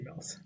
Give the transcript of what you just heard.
emails